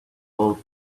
full